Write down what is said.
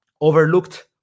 overlooked